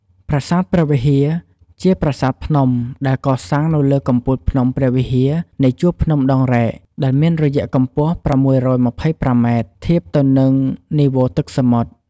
ប្រាសាទព្រះវិហារជាប្រាសាទភ្នំដែលកសាងនៅលើកំពូលភ្នំព្រះវិហារនៃជូរភ្នំដងរែក ដែលមានរយៈកម្ពស់ ៦២៥ម៉ែត្រ ធៀបទៅនិងនីវ៉ូទឹកសមុទ្រ។